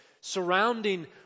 surrounding